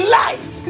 life